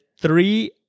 three